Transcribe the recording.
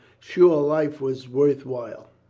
sure, life was worth while!